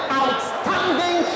outstanding